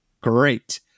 Great